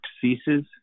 ceases